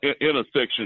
intersection